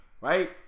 right